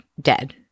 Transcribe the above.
dead